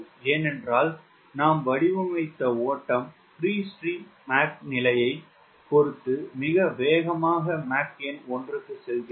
ஏனென்றால் நாம் வடிவமைத்த ஓட்டம் பிரீ ஸ்ட்ரீம் மாக் நிலையைப் பொறுத்து மிக வேகமாக மாக் எண் 1 க்கு செல்கிறது